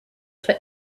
for